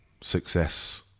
success